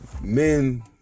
men